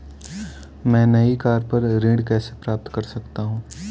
मैं नई कार पर ऋण कैसे प्राप्त कर सकता हूँ?